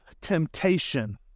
temptation